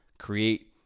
Create